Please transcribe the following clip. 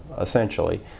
essentially